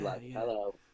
Hello